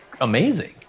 amazing